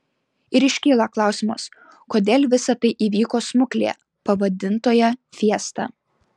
ir iškyla klausimas kodėl visa tai įvyko smuklėje pavadintoje fiesta